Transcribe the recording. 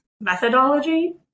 methodology